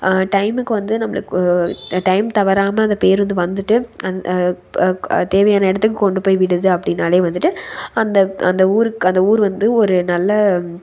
டைமுக்கு வந்து நம்மளுக்கு டைம் தவறாமல் அந்த பேருந்து வந்துட்டு அந்த தேவையான இடத்துக்கு கொண்டு போய் விடுது அப்படினாலே வந்துட்டு அந்த அந்த ஊரு அந்த ஊர் வந்து ஒரு நல்ல